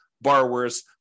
borrowers